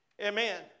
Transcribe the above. Amen